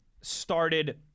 Started